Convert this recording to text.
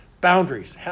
boundaries